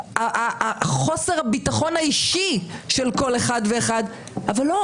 חוסר הביטחון האישי של כל אחד ואחד, אבל לא